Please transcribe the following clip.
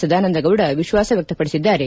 ಸದಾನಂದ ಗೌಡ ವಿಶ್ವಾಸ ವ್ಯಕ್ತಪಡಿಸಿದ್ದಾರೆ